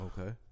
Okay